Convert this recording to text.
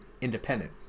independent